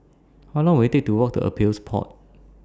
How Long Will IT Take to Walk to Appeals Board